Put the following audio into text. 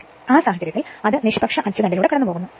ആ സാഹചര്യത്തിൽ അത് നിഷ്പക്ഷ അച്ചുതണ്ടിലൂടെ കടന്നുപോകുന്നു